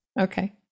Okay